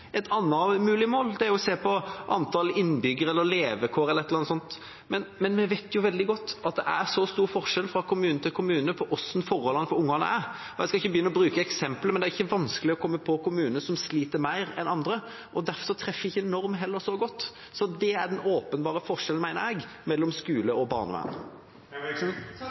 Et annet mulig mål er å se på antall innbyggere, levekår eller et eller annet sånt, men vi vet veldig godt at det er stor forskjell fra kommune til kommune på hvordan forholdene for ungene er. Jeg skal ikke begynne å bruke eksempler, men det er ikke vanskelig å komme på kommuner som sliter mer enn andre. Derfor treffer en norm heller ikke så godt. Det er den åpenbare forskjellen, mener jeg, mellom skole og barnevern.